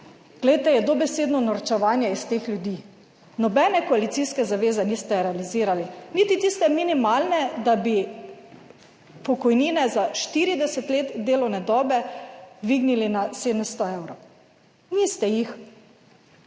glejte, je dobesedno norčevanje iz teh ljudi. Nobene koalicijske zaveze niste realizirali, niti tiste minimalne, da bi pokojnine za 40 let delovne dobe dvignili na 700 evrov. Niste jih,